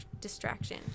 distraction